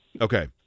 Okay